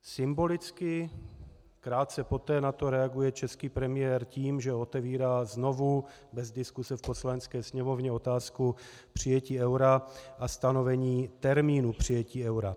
Symbolicky krátce poté na to reaguje český premiér tím, že otevírá znovu bez diskuse v Poslanecké sněmovně otázku přijetí eura a stanovení termínu přijetí eura.